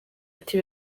ati